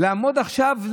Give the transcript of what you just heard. לעמוד עכשיו,